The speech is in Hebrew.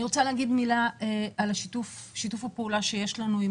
אני רוצה להגיד מילה על שיתוף הפעולה שיש לנו עם